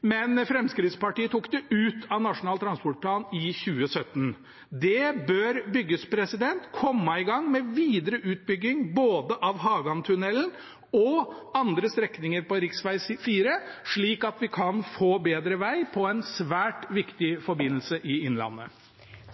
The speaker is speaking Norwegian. men Fremskrittspartiet tok det ut av Nasjonal transportplan i 2017. Det bør bygges. En bør komme i gang med videre utbygging av både Hagantunnelen og andre strekninger på rv. 4, slik at vi kan få bedre veg på en svært viktig forbindelse i innlandet.